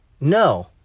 No